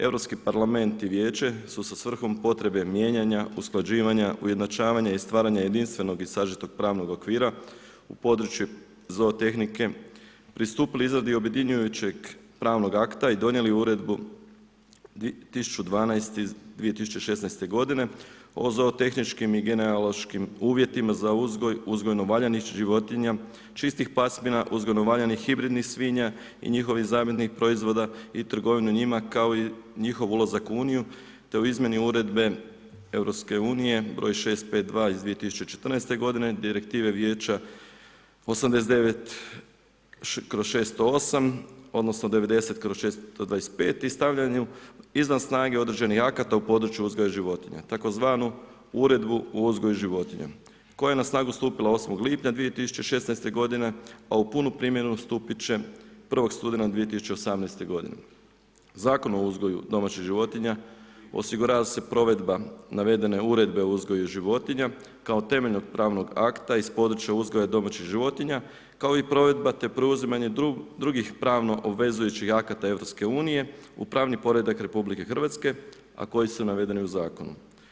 Europski parlament i Vijeće su sa svrhom potrebe mijenjanja usklađivanja, ujednačavanja i stvaranja jedinstvenog i sažetog pravnog okvira u području zoo tehnike, pristupili izradi objedinjujućeg pravnog akta i donijeli uredbu 1012 iz 2016. g. o zoo tehničkim i genealoškim uvjetima za uzgoj uzgojno valjanih životinja čistih pasmina, uzgojno valjanih hibridnih svinja i njihovih zamijenih proizvoda i trgovinu njima kao i njihov ulazak u Uniju, te izmjeni Uredbe EU br. 652 iz 2014. g. Direktive Vijeća 89/608, od 90/625 i stavljen je izvan snaga određenih akata u području uzgoju životinja, tzv. uredbu o uzgoju životinja, koja na snagu stupila 8. lipnja 2016. g. a u punu primjenu stupiti će 1. studenog 2018. g. Zakon o uzgoju domaćih životinja, osigurava se provedba navedene uredbe o uzgoju životinja, kao temeljnog pravnog akta iz područja uzgoja domaćih životinja, kao i provedba, te preuzimanja drugih pravno obvezujućih akata EU, u pravni poredak RH, a koje su navedene u zakonu.